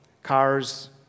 Cars